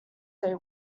they